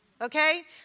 Okay